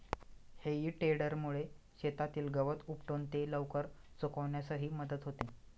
हेई टेडरमुळे शेतातील गवत उपटून ते लवकर सुकण्यासही मदत होते